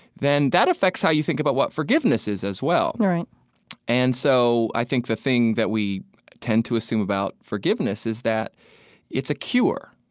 then that affects how you think about what forgiveness is as well right and so, i think the thing that we tend to assume about forgiveness is that it's a cure,